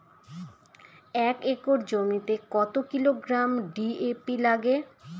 এক একর জমিতে কত কিলোগ্রাম ডি.এ.পি লাগে?